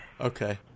Okay